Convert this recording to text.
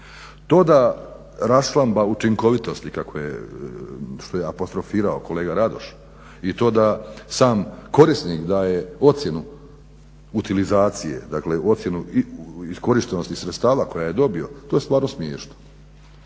To da raščlamba učinkovitosti što je apostrofirao kolega Radoš i to sam korisnik daje ocjenu utilizacije, dakle ocjenu iskorištenosti sredstava koje je dobio, to je stvarno smiješno.